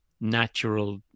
natural